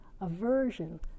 aversion